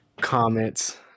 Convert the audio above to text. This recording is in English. comments